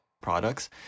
products